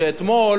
שאתמול,